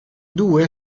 due